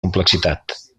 complexitat